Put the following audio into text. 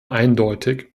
eindeutig